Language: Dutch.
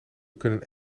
kunnen